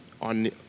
on